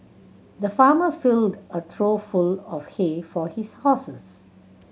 the farmer filled a trough full of hay for his horses